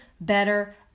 better